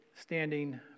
standing